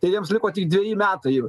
tai jiems liko tik dveji metai